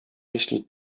jeśli